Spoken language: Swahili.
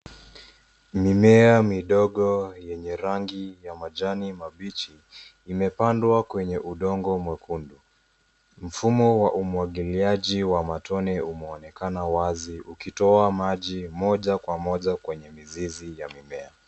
Mimea midogo yenye rangi ya majani mabichi imepandwa kwenye udongo mwekundu. Mfumo wa umwagiliaji wa matone umeonekana wazi ukitoa maji moja kwa moja kwenye mizizi ya mimea.